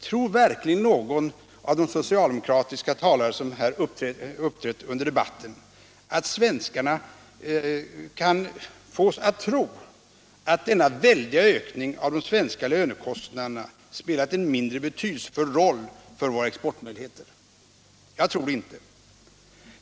Tror verkligen någon av de socialdemokratiska talare som uppträtt i denna debatt att man kan få svenska folket att tro att denna väldiga relativa ökning av de svenska lönekostnaderna har spelat en mindre betydelsefull roll för våra exportmöjligheter? Jag tror det inte.